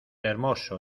hermoso